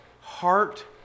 heart